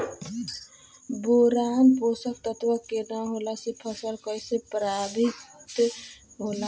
Boron पोषक तत्व के न होला से फसल कइसे प्रभावित होला?